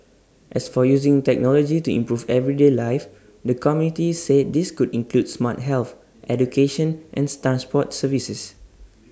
as for using technology to improve everyday life the committee said this could include smart health education and Stan Sport services